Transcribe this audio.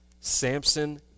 Samson